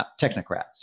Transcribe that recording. technocrats